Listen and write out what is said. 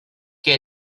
que